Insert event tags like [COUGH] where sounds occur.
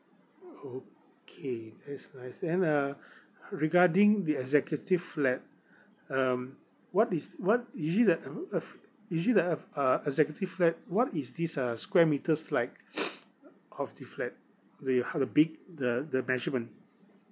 okay it's nice then uh regarding the executive flat um what is what is it that you know uh f~ is it that uh f~ uh executive flat what is this uh square metres like [NOISE] of the flat the how the big the the measurement